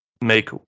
make